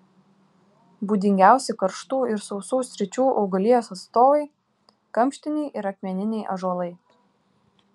būdingiausi karštų ir sausų sričių augalijos atstovai kamštiniai ir akmeniniai ąžuolai